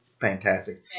fantastic